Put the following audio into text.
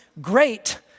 great